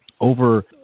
over